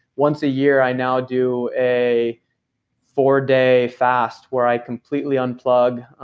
once a year i now do a four day fast where i completely unplug,